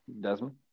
Desmond